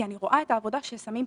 כי אני רואה את העבודה שעושים פה,